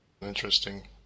Interesting